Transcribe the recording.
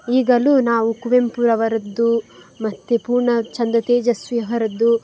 ಈಗಲು ನಾವು ಕುವೆಂಪುರವರದ್ದು ಮತ್ತು ಪೂರ್ಣಚಂದ್ರ ತೇಜಸ್ವಿಯವರದ್ದು